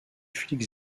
flics